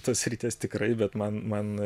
tos srities tikrai bet man man